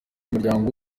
umuryango